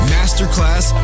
Masterclass